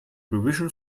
revision